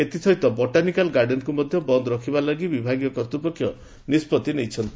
ଏଥିସହିତ ବଟାନିକାଲ ଗାର୍ଡେନକୁ ମଧ୍ଧ ବନ୍ଦ ରଖିବା ଲାଗି ବିଭାଗୀୟ କର୍ତ୍ରପକ୍ଷ ନିଷ୍ବଉି ନେଇଛନ୍ତି